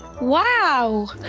Wow